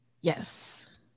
Yes